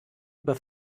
über